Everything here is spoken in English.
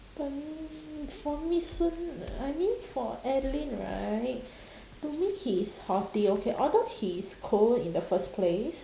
but I mean for me I mean for alyn right to me he is haughty okay although he is cold in the first place